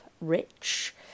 rich